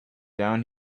down